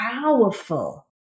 powerful